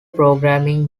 programming